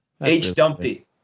H-Dumpty